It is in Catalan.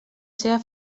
seva